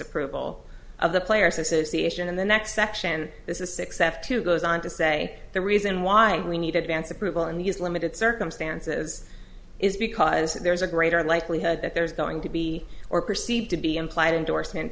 approval of the players association in the next section this is six f two goes on to say the reason why we need advance approval in these limited circumstances is because there is a greater likelihood that there's going to be or perceived to be implied endorsement